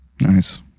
Nice